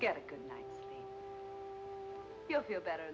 get a good you'll feel better